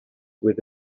with